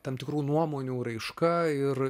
tam tikrų nuomonių raiška ir